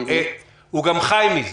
הוא גם חי מזה.